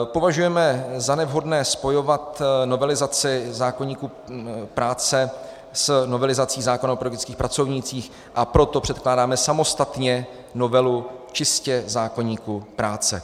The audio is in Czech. Považujeme za nevhodné spojovat novelizaci zákoníku práce s novelizací zákona o pedagogických pracovnících, a proto předkládáme samostatně novelu čistě zákoníku práce.